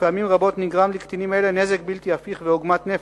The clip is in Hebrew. ופעמים רבות נגרמים לקטינים אלה נזק בלתי הפיך ועוגמת נפש,